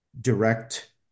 direct